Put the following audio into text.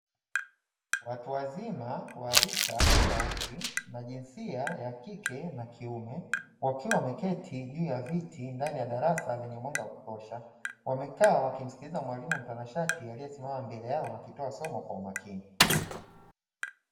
Watu wazima wa rika tofauti na jinsia ya kike na kiume wakiwa wameketi juu ya viti ndani ya darasa lenye mwanga wa kutosha, wamekaa wakimsikiliza mwalimu mtanashati aliye simama mbele yao akitoa somo kwa makini.